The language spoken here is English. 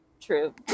true